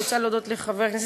אני רוצה להודות לחבר הכנסת,